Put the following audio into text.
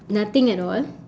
nothing at all